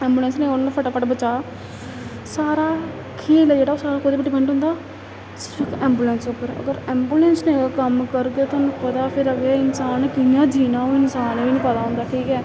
ambulance ने फटाफटा बचा सारा खेल ऐ जेह्ड़ा ओह् सारा कोह्दे उप्पर डिपैंड होंदा सिर्फ ऐंबुलेंस उप्पर अगर ऐंबुलेंस निं अगर कम्म करग तुहानू पता फ्ही अग्गें इंसान कियां जीना होऐ इंसान गी निं पता होंदा ठीक ऐ